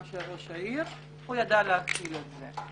של ראש העיר אבל הוא ידע לקבל את זה.